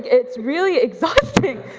it's really exhausting,